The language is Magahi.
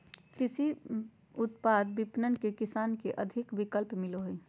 कृषि उत्पाद विपणन से किसान के अधिक विकल्प मिलो हइ